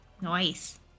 Nice